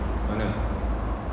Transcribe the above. mana